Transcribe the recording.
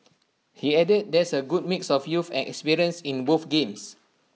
he added there is A good mix of youth and experience in both games